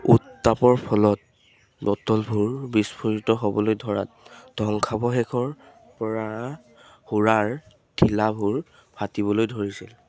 উত্তাপৰ ফলত বটলবোৰ বিস্ফোৰিত হ'বলৈ ধৰাত ধ্বংসাৱশেষৰপৰা সুৰাৰ ঠিলাবোৰ ফাটিবলৈ ধৰিছিল